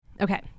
Okay